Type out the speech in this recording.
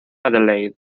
adelaide